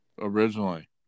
originally